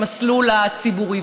במסלול הציבורי?